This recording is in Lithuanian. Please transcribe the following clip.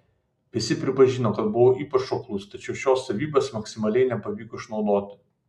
visi pripažino kad buvau ypač šoklus tačiau šios savybės maksimaliai nepavyko išnaudoti